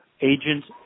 agents